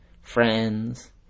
friends